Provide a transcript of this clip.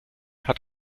hat